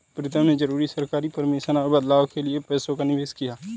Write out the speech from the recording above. प्रीतम ने जरूरी सरकारी परमिशन और बदलाव के लिए पैसों का निवेश किया